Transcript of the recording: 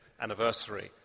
anniversary